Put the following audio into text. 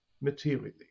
materially